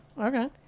Okay